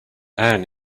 ann